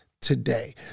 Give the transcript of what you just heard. today